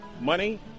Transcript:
money